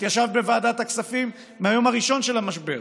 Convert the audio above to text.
את ישבת בוועדת הכספים מהיום הראשון של המשבר,